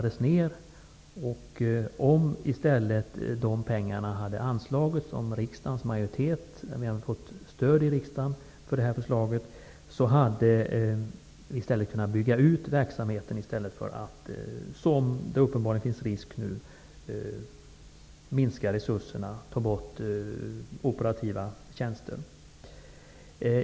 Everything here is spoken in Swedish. Det var ett förslag som röstades ned. Om Socialdemokraterna hade fått stöd i riksdagen för förslaget, hade verksamheten kunnat byggas ut i stället för att resurserna skall behöva minskas och operativa tjänster tas bort.